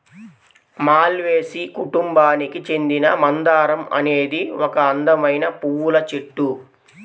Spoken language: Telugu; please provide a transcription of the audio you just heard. మాల్వేసి కుటుంబానికి చెందిన మందారం అనేది ఒక అందమైన పువ్వుల చెట్టు